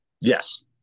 Yes